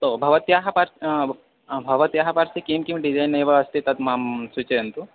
तो भवत्याः पार्श्वे भवत्याः पर्श्वे किं किं डिज़ैन् एव अस्ति तत् मां सूचयन्तु